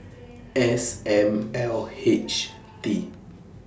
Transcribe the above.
S M L H T